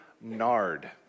nard